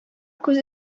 күз